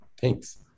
Thanks